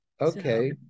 Okay